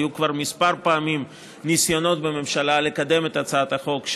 היו כבר כמה פעמים ניסיונות בממשלה לקדם את הצעת החוק,